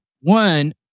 one